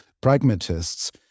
pragmatists